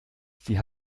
sie